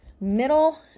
middle